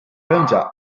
vonda